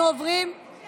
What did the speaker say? כדאי